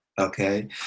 Okay